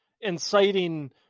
inciting